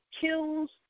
kills